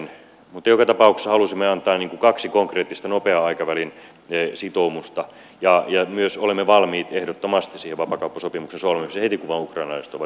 joka tapauksessa halusimme antaa kaksi konkreettista nopean aikavälin sitoumusta ja myös olemme valmiit ehdottomasti siihen vapaakauppasopimuksen solmimiseen heti kun ukrainalaiset vain ovat siihen valmiita